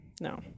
No